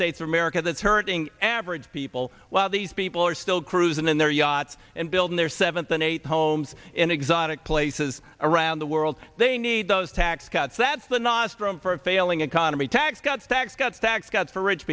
states of america that's hurting average people while these people are still cruising in their yachts and building their seventh and eighth homes in exotic places around the world they need those tax cuts that's the nostrum for a failing economy tax cuts tax cuts tax cuts for rich